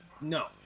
No